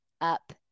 up